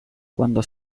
cuando